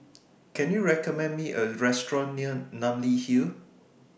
Can YOU recommend Me A Restaurant near Namly Hill